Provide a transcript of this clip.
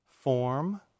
form